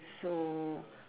so